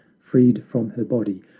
freed from her body,